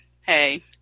hey –